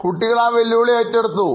കുട്ടികൾ ആ വെല്ലുവിളി ഏറ്റെടുത്തു